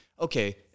okay